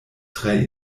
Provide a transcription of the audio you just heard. tre